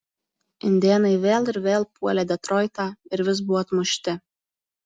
indėnai vėl ir vėl puolė detroitą ir vis buvo atmušti